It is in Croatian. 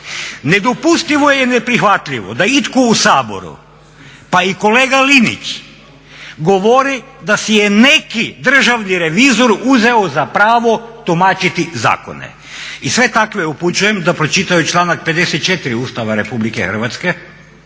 Nedopustivo je i neprihvatljivo da itko u Saboru pa i i kolega Linić govori da si je neki državni revizor uzeo za pravo tumačiti zakone i sve takve upućujem da pročitaju članak 54. Ustava Republike Hrvatske,